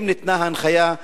האם ניתנה הנחיה?